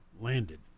Landed